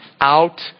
out